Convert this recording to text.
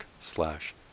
slash